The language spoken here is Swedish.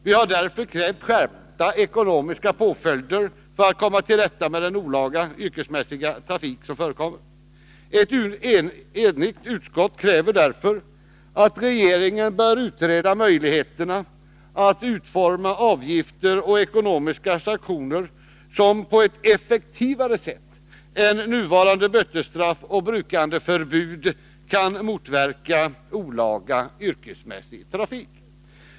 Vi har därför krävt skärpta ekonomiska påföljder för att man skall komma till rätta med den olaga yrkesmässiga trafik som förekommer. Ett enigt utskott kräver att regeringen skall utreda möjligheterna att utforma avgifter och ekonomiska sanktioner som på ett effektivare sätt än nuvarande bötesstraff och brukandeförbud kan motverka olaga yrkesmässig trafik.